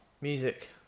Music